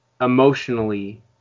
emotionally